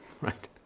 right